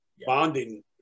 bonding